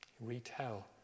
retell